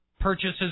purchases